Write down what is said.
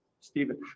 Stephen